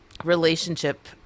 Relationship